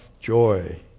joy